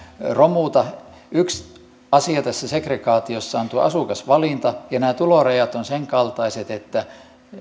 romuta yksi asia tässä segregaatiossa on asukasvalinta ja nämä tulorajat ovat sen kaltaiset että